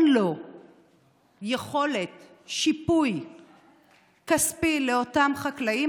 עליו יכולת שיפוי כספי לאותם חקלאים,